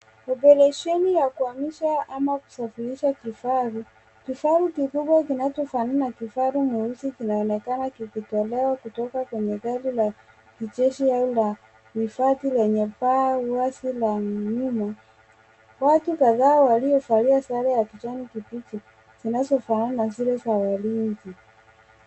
Oparesheni ya kuhamisha ama kusafirisha kifaru, kifaru kikubwa kinachofanana na kifaru mweusi kinaonekana kikitolewa kutoka kwenye gari la kijeshi au la hifadhi lenye paa wazi la nyuma.